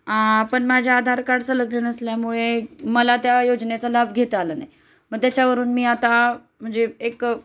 आ पण माझ्या आधार कार्ड संलग्न नसल्यामुळे मला त्या योजनेचा लाभ घेता आला नाही मग त्याच्यावरून मी आता म्हणजे एक